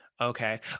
okay